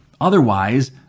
Otherwise